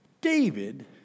David